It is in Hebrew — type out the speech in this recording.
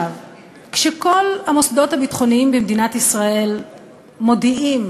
כשכל המוסדות הביטחוניים במדינת ישראל מודיעים